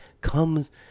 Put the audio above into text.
comes